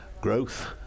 growth